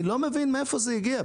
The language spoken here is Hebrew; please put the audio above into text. אני לא מבין מאיפה זה הגיע,